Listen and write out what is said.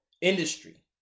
industry